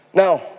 Now